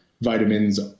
vitamins